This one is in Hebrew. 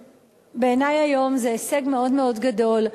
בעיני היום זה הישג מאוד מאוד גדול.